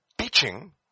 teaching